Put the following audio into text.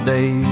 Day